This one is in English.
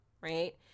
right